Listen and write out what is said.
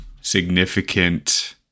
significant